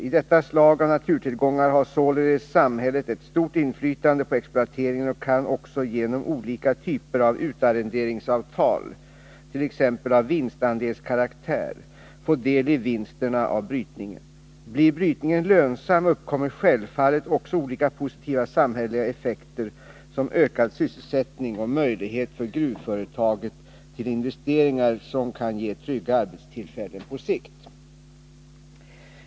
I detta slag av naturtillgångar har således samhället ett stort inflytande på exploateringen och kan också genom olika typer av utarrenderingsavtal, t.ex. av vinstandelskaraktär, få del i vinsterna av brytningen. Blir brytningen lönsam uppkommer självfallet också olika positiva samhälleliga effekter, som ökad sysselsättning och möjlighet för gruvföretaget till investeringar som kan ge trygga arbetstillfällen på sikt.